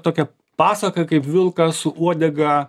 tokią pasaką kaip vilkas su uodega